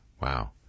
Wow